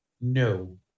No